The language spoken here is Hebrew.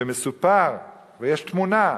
ומסופר, ויש תמונה,